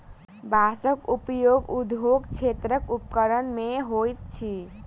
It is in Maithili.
बांसक उपयोग उद्योग क्षेत्रक उपकरण मे होइत अछि